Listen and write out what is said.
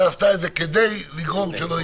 עשתה את זה כדי לגרום שלא יהיו הפגנות.